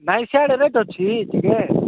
ନାଇଁ ସିଆଡ଼େ ରେଟ୍ ଅଛି ଟିକେ